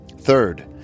Third